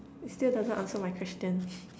it still doesn't answer my question